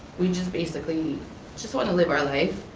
we just basically just wanna live our life,